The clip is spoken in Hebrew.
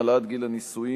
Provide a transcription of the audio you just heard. העלאת גיל הנישואין),